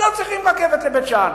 לא צריכים רכבת לבית-שאן,